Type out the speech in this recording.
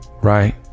right